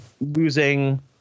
losing